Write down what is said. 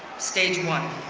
stage one.